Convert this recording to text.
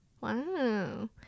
Wow